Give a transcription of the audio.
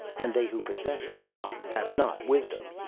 and they who possess it not have not wisdom.